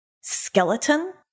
skeleton